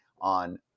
on